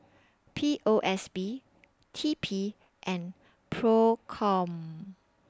P O S B T P and PROCOM